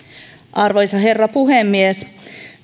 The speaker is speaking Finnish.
arvoisa herra puhemies